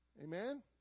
Amen